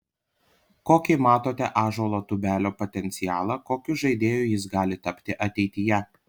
kokį matote ąžuolo tubelio potencialą kokiu žaidėju jis gali tapti ateityje